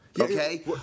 Okay